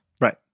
Right